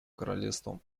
королевством